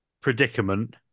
predicament